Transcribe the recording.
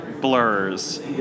blurs